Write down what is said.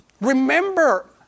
remember